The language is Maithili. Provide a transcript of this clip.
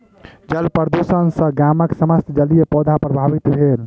जल प्रदुषण सॅ गामक समस्त जलीय पौधा प्रभावित भेल